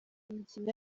imikino